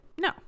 no